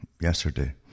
yesterday